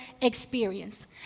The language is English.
experience